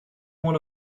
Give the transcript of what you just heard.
want